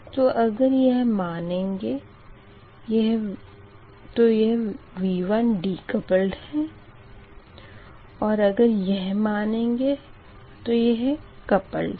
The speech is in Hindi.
तो अगर यह मानेंगे तो यह V1 डिकपलड है और अगर यह मानेंगे तो यह कपलड है